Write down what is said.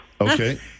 Okay